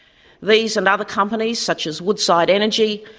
these and other companies, such as woodside energy,